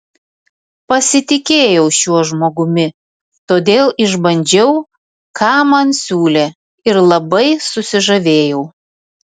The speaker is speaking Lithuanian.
pasitikėjau šiuo žmogumi todėl išbandžiau ką man siūlė ir labai susižavėjau